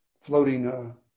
floating